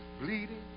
bleeding